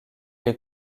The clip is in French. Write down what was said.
est